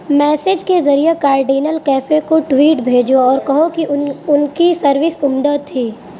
message کے ذریعے cardinal cafe کو ٹویٹ بھیجو اور کہو کہ ان ان کی سروس عمدہ تھی